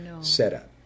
setup